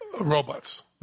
robots